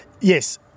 yes